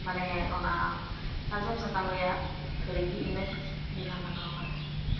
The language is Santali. ᱢᱟᱱᱮ ᱚᱱᱟ ᱥᱟᱨᱡᱚᱢ ᱥᱟᱠᱟᱢ ᱨᱮᱭᱟᱜ ᱛᱷᱟᱹᱨᱤ ᱜᱮ ᱤᱧ ᱫᱚᱧ ᱵᱮᱱᱟᱣ ᱞᱟᱜᱟᱣ ᱠᱟᱫᱟ